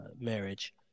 marriage